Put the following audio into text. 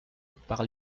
par